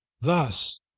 thus